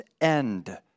end